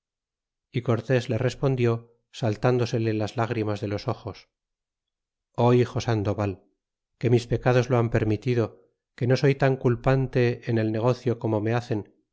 y cortés le respondió saltándosele las lágrimas de los ojos ó hijo sandoval que mis pecados lo han permitido que no soy tan culpante en el negocio como me hacen